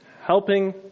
Helping